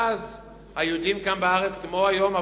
ואז היהודים היו כאן בארץ כמו היום,